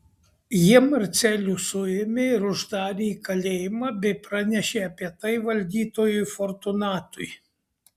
jie marcelių suėmė ir uždarė į kalėjimą bei pranešė apie tai valdytojui fortunatui